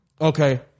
Okay